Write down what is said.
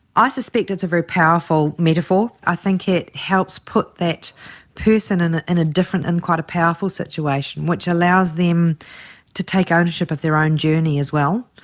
i suspect it's a very powerful metaphor. i think it helps put that person and in a different and quite a powerful situation which allows them to take ownership of their own journey as well,